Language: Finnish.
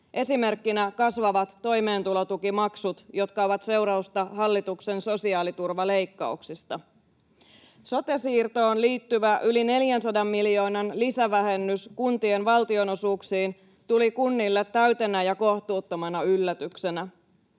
esimerkkinä kasvavat toimeentulotukimaksut, jotka ovat seurausta hallituksen sosiaaliturvaleikkauksista. Sote-siirtoon liittyvä yli 400 miljoonan lisävähennys kuntien valtionosuuksiin tuli kunnille täytenä ja kohtuuttomana yllätyksenä.